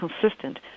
consistent